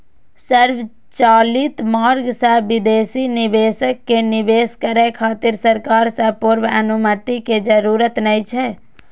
स्वचालित मार्ग सं विदेशी निवेशक कें निवेश करै खातिर सरकार सं पूर्व अनुमति के जरूरत नै छै